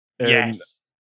Yes